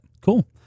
Cool